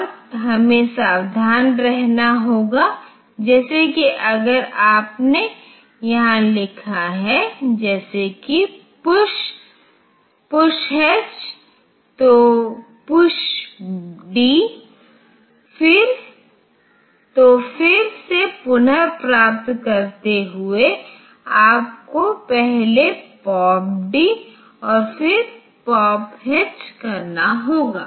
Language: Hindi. और हमें सावधान रहना होगा जैसे कि अगर आपने यहाँ लिखा है जैसे कि पुश पुष हेच तो पुष डी तो फिर से पुनः प्राप्त करते हुए आपको पहले पॉप डी और फिर पॉप हेच करना होगा